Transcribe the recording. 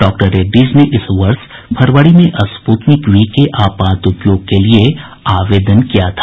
doctor Reddy's ने इस वर्ष फरवरी में स्प्रतनिक वी के आपात उपयोग के लिए आवेदन किया था